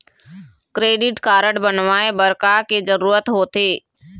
Credit card बनवाए बर का के जरूरत होते?